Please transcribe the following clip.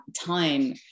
time